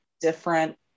different